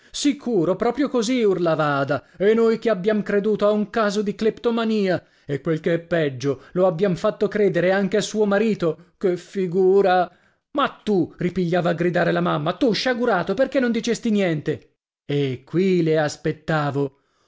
sicuro proprio così urlava ada e noi che abbiam creduto a un caso di cleptomania e quel che è peggio lo abbiam fatto credere anche a suo marito che figura ma tu ripigliava a gridare la mamma tu sciagurato perché non dicesti niente e qui le aspettavo